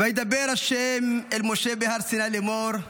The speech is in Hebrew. "וידבר ה' אל משה בהר סיני לאמֹר.